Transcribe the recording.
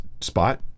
spot